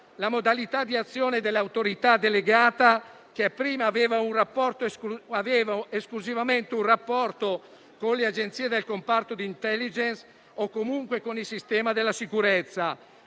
la modalità di azione dell'Autorità delegata, che prima aveva esclusivamente un rapporto con le Agenzie del comparto di *intelligence* o comunque con il sistema della sicurezza